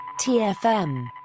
TFM